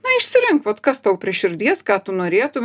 na išsirink vat kas tau prie širdies ką tu norėtum